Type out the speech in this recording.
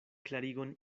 klarigon